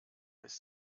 ist